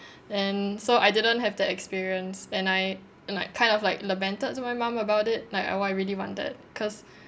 and so I didn't have that experience and I and I kind of like lamented to my mum about it like oh I really wanted cause